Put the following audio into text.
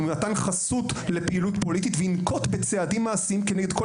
ממתן חסות לפעילות פוליטית וינקוט בצעדים מעשיים כנגד כל